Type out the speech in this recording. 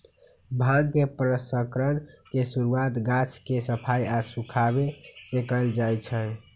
भांग के प्रसंस्करण के शुरुआत गाछ के सफाई आऽ सुखाबे से कयल जाइ छइ